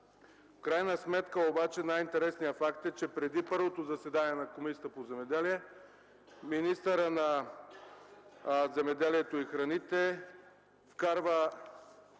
В крайна сметка обаче най-интересният факт е, че преди първото заседание на Комисията по земеделието и горите министърът на земеделието и храните вкарва